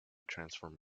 transform